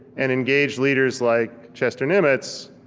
and engaged leaders like chester nimitz